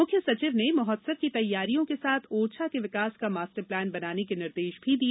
मुख्य सचिव ने महोत्सव की तैयारियों के साथ ओरछा के विकास का मास्टर प्लान बनाने के निर्देश भी दिए